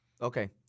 Okay